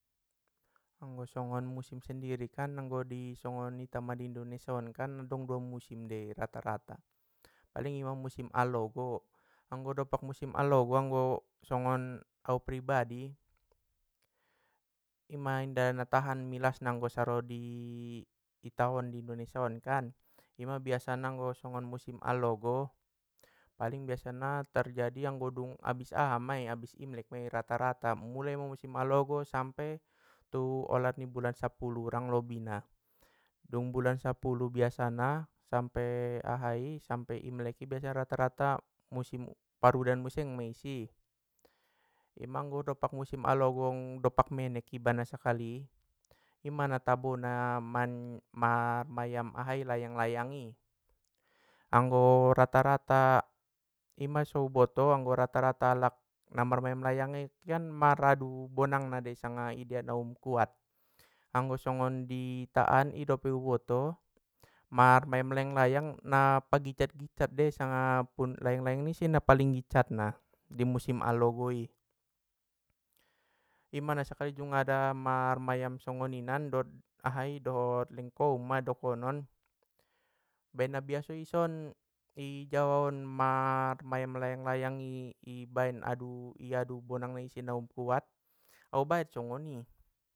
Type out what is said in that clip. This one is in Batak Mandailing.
Anggo songon musim sendiri kan anggo di songon ita ma di indonesia on kan dung dua musim dei rata rata, paling ima musim alogo, anggo dompak musim alogo anggo songon au pribadi, ima inda na tahan milasna anggo saro di itaon di indonesia on kan, ima biasana anggo songon musim alogo, paling biasana tarjadi anggo dung abis aha mai abis imlek mei rata rata mulai ma musim alogo tu olat ni bulan sappulu urang lobina, dung bulan sappulu biasana sampe ahai sampe imlek i biasana rata rata musim parudan muse meing i isi. Ima anggo dompak musim alogo dompak menek iba nasakali?, ima na tabona man- marmayam ahai layang layangi. Anggo rata rata i ma so uboto anggo rata rata alak na marmayam layang layangi kian maradu bonangna dei sanga i dia na um kuat, anggo songon di ita an i dope uboto, marmayam layang layang na pagitcat gitcat dei sanga pun- layang layang nise na paling gitcatna di musim alogo i, i ima na sakali jungada marmayam na songoninan dohot ahai dohot ling koum ma dokonon, baen na biasoi i son, i jawa on mar- mayam layang layang i, i baen adu mar adu bonang nai na um kuat iu baen songoni.